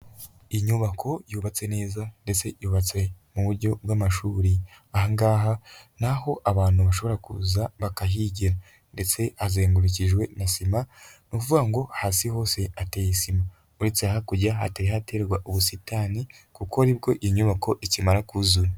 Inyubako yubatse neza ndetse yubatse mu buryo bw'amashuri, aha ngaha ni aho abantu bashobora kuza bakahigira ndetse hazengurukijwe na sima ni ukuvuga ngo hasi hose hateye isima uretse hakurya hatari haterwa ubusitani kuko aribwo inyubako ikimara kuzura.